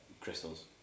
crystals